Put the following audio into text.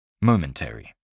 Momentary